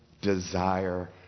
desire